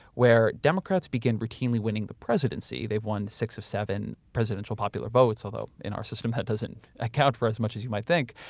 where democrats begin routinely winning the presidency. they've won six or seven presidential popular votes, although in our system that doesn't account for as much as you might think,